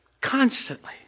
constantly